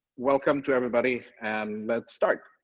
welcome to everybody and let's start.